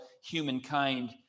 humankind